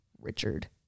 Richard